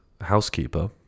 housekeeper